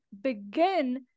begin